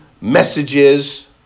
messages